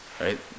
right